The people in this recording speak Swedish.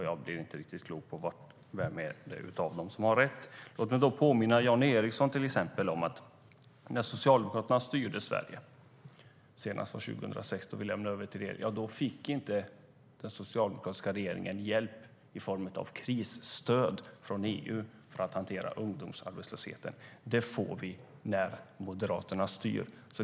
Jag blir inte riktigt klok på vem av dem som har rätt. Låt mig påminna Jan Ericson om att när Socialdemokraterna senast styrde Sverige, år 2006, innan vi lämnade över till er, fick den socialdemokratiska regeringen ingen hjälp i form av krisstöd av EU för att hantera ungdomsarbetslösheten. Det får man när Moderaterna styr.